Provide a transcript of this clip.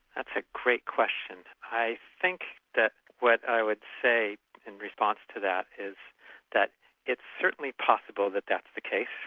that's a great question. i think that what i would say in response to that is that it's certainly possible that that's the case.